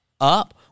up